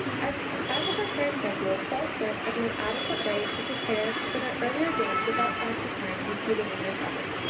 as as of our current schedule, fall sports have no adequate way to prepare for their earlier games without practice time impeding on their summer.